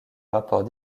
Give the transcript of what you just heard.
rapports